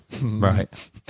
right